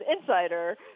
insider